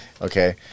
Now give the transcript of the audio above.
okay